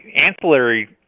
ancillary